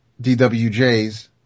DWJs